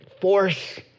force